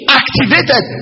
activated